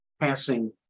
passing